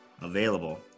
available